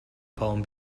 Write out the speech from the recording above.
palm